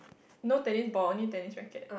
no tennis ball only tennis racket